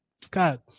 Scott